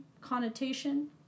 connotation